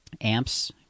amps